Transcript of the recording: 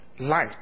Light